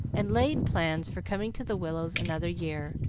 and laid plans for coming to the willows another year,